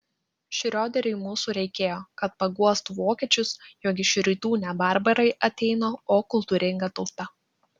šrioderiui mūsų reikėjo kad paguostų vokiečius jog iš rytų ne barbarai ateina o kultūringa tauta